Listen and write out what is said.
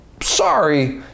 sorry